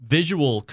visual